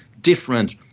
different